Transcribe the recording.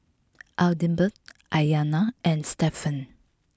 Adelbert Aiyana and Stephen